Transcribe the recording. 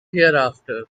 hereafter